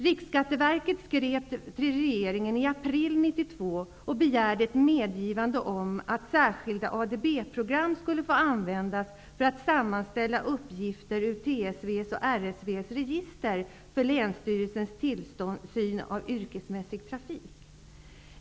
Riksskatteverket skrev till regeringen i april 1992 och begärde ett medgivande om att särskilda ADB program skulle få användas för att sammanställa uppgifter ur TSV:s och RSV:s register för länsstyrelsernas tillsyn av yrkesmässig trafik.